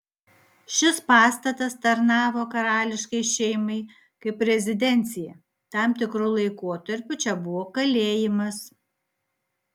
šis pastatas tarnavo karališkai šeimai kaip rezidencija tam tikru laikotarpiu čia buvo kalėjimas